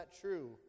true